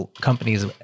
companies